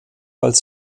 als